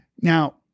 Now